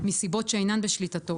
מסיבות שאינן בשליטתו,